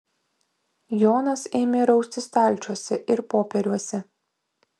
jonas ėmė raustis stalčiuose ir popieriuose